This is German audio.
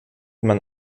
man